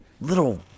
little